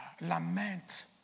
lament